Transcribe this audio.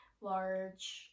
large